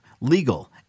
legal